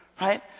Right